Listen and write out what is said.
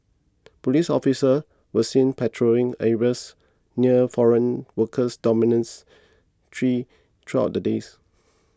police officers were seen patrolling areas near foreign workers dominants tree throughout the days